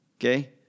Okay